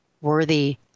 worthy